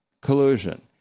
Collusion